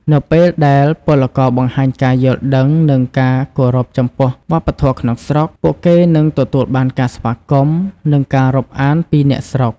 នៅពេលដែលពលករបង្ហាញការយល់ដឹង និងការគោរពចំពោះវប្បធម៌ក្នុងស្រុក ពួកគេនឹងទទួលបានការស្វាគមន៍ និងការរាប់អានពីអ្នកស្រុក។